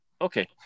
okay